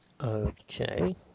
Okay